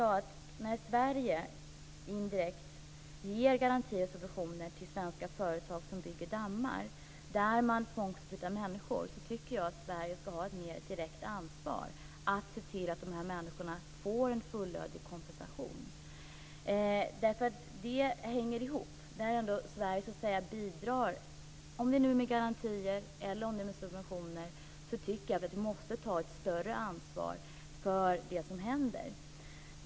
När Sverige indirekt ger garantier och subventioner till svenska företag som bygger dammar där man tvångsförflyttar människor, anser jag att Sverige skall ha ett mer direkt ansvar för att se till att dessa människor får en fullödig kompensation. Detta hänger ju ihop. När Sverige bidrar, om det nu är med garantier eller subventioner, tycker jag att vi måste ta ett större ansvar för det som händer.